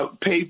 pay